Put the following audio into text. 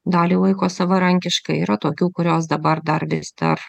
dalį laiko savarankiškai yra tokių kurios dabar dar vis dar